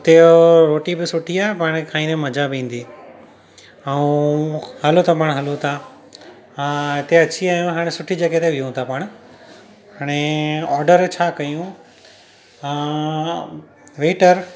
हुते जो रोटी बि सुठी आहे पाण खाईंदे मज़ा बि ईंदी ऐं हलो त पाण हलूं था हा हिते अची विया आहियूं हाणे सुठी जॻह ते वेयूं था पाण हाणे ऑडर छा कयूं वेटर